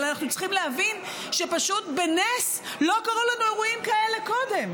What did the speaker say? אבל אנחנו צריכים להבין שפשוט בנס לא קרו לנו אירועים כאלה קודם.